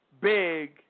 big